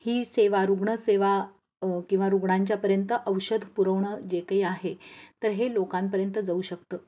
ही सेवा रुग्णसेवा किंवा रुग्णांच्या पर्यंत औषध पुरवणं जे काही आहे तर हे लोकांपर्यंत जाऊ शकतं